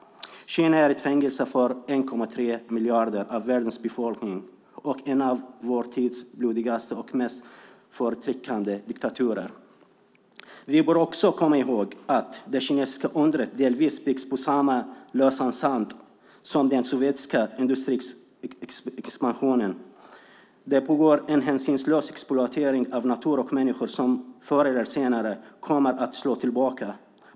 Kina är ett fängelse för 1,3 miljarder av världens befolkning och en av vår tids blodigaste och mest förtryckande diktaturer. Vi bör också komma ihåg att det kinesiska undret delvis byggs på samma lösan sand som den sovjetiska industriexpansionen. Det pågår en hänsynslös exploatering av natur och människor som förr eller senare kommer att slå tillbaka.